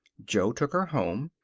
jo took her home,